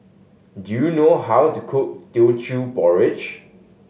do you know how to cook Teochew Porridge